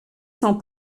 sans